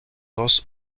dos